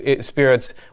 spirits